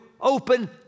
open